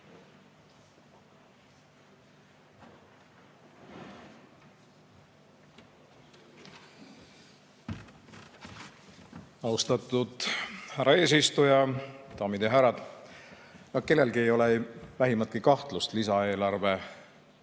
Austatud härra eesistuja! Daamid ja härrad! Kellelgi ei ole vähimatki kahtlust lisaeelarve